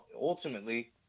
ultimately